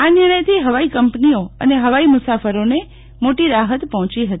આ નિર્ણયથી હવાઈ કંપનીઓ અને હવાઈ મુસાફરોને મોટી રાહત પહોંચી હતી